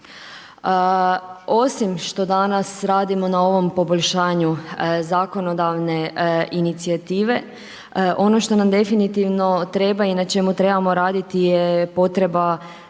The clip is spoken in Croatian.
Osim što danas radimo na ovom poboljšanju zakonodavne inicijative, ono što nam definitivno treba i na čemu trebamo raditi je potreba,